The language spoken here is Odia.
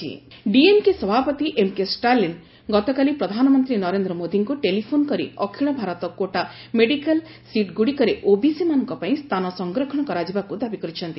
ଷ୍ଟ୍ରାଲିନ୍ ପିଏମ୍ ମିଟିଂ ଡିଏମ୍କେ ସଭାପତି ଏମ୍ କେ ଷ୍ଟ୍ରାଲିନ୍ ଗତକାଲି ପ୍ରଧାନମନ୍ତ୍ରୀ ନରେନ୍ଦ୍ର ମୋଦିଙ୍କୁ ଟେଲିଫୋନ୍ କରି ଅଖିଳ ଭାରତ କୋଟା ମେଡ଼ିକାଲ ସିଟ୍ ଗୁଡ଼ିକରେ ଓବିସିମାନଙ୍କ ପାଇଁ ସ୍ଥାନ ସଂରକ୍ଷଣ କରାଯିବାକୁ ଦାବି କରିଛନ୍ତି